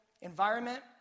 environment